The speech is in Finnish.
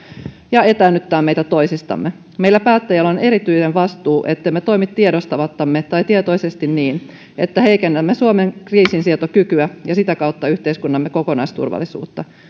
ja etäännyttää meitä toisistamme meillä päättäjillä on erityinen vastuu ettemme toimi tiedostamattamme tai tietoisesti niin että heikennämme suomen kriisinsietokykyä ja sitä kautta yhteiskuntamme kokonaisturvallisuutta